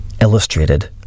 illustrated